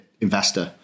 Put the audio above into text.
investor